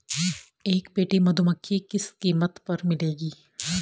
एक पेटी मधुमक्खी किस कीमत पर मिलेगी?